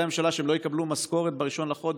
הממשלה שהם לא יקבלו משכורת ב-1 בחודש,